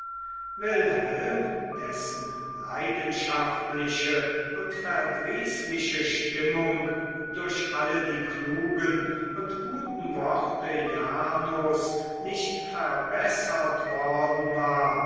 wilhelm dessen leidenschaftliche und verdrießliche stimmung durch alle die klugen und guten worte jarnos nicht verbessert worden war